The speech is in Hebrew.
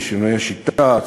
שינויי שיטה,